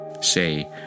say